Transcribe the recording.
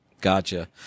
gotcha